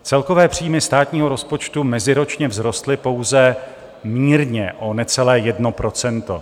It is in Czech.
Celkové příjmy státního rozpočtu meziročně vzrostly pouze mírně o necelé 1 %.